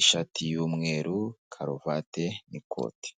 ishati y'umweru, karuvati n'ikoti.